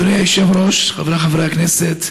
אדוני היושב-ראש, חבריי חברי הכנסת,